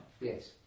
Yes